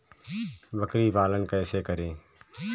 बकरी पालन कैसे करें?